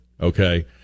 Okay